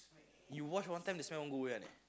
you wash one time the smell won't go away [one] eh